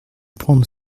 prendre